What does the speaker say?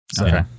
Okay